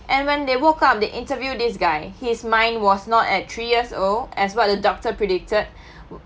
and when they woke up they interview this guy his mind was not at three years old as what the doctor predicted